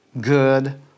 good